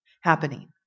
happening